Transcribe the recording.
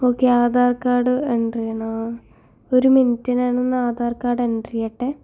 okay Aadhaar card enter ചെയ്യണം ആഹ് ഒരു മിനിറ്റെ ഞാനൊന്ന് ആധാർ കാർഡ് എൻ്റർ ചെയ്യട്ടെ